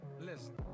listen